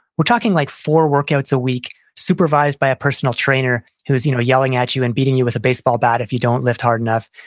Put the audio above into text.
we're talking like four workouts a week supervised by a personal trainer who was you know yelling at you and beating you with a baseball bat if you don't lift hard enough.